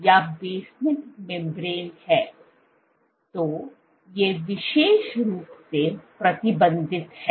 तो ये विशेष रूप से प्रतिबंधित हैं